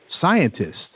scientists